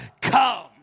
come